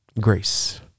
Grace